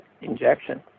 injection